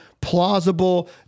plausible